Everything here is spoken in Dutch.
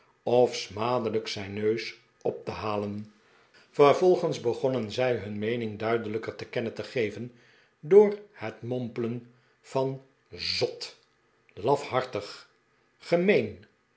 of smadelijk zijn neus op te halen vervolgens begonnen zij hun meening duidelijker te kennen te geven door het mompelen van zot lafhartig gemeen